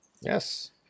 Yes